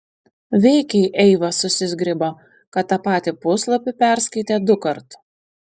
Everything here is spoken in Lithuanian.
veikiai eiva susizgribo kad tą patį puslapį perskaitė dukart